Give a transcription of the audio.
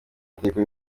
amategeko